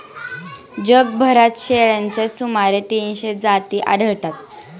जगभरात शेळ्यांच्या सुमारे तीनशे जाती आढळतात